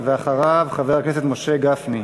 ואחריו, חבר הכנסת משה גפני.